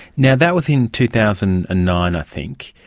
now that was in two thousand and nine, i think.